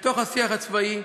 בתוך השיח הצבאי,